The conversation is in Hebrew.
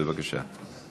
בבקשה.